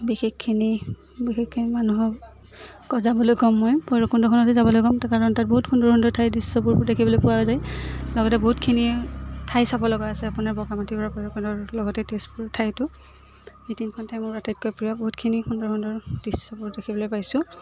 বিশেষখিনি বিশেষখিনি মানুহক যাবলৈ ক'ম মই ভৈৰৱকুণ্ডখনতে যাবলৈ ক'ম কাৰণ তাত বহুত সুন্দৰ সুন্দৰ ঠাই দৃশ্যবোৰ দেখিবলৈ পোৱা যায় লগতে বহুতখিনি ঠাই চাব লগা আছে আপোনাৰ বগামাটিৰ পৰা ভৈৰৱকুণ্ডৰ লগতে তেজপুৰ ঠাইতটো এই তিনিখন ঠাই মোৰ আটাইতকৈ প্ৰিয় বহুতখিনি সুন্দৰ সুন্দৰ দৃশ্যবোৰ দেখিবলৈ পাইছোঁ